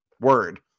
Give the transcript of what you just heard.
word